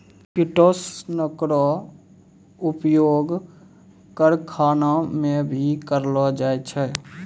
किटोसनक रो उपयोग करखाना मे भी करलो जाय छै